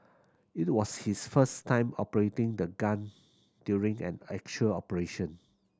it was his first time operating the gun during an actual operation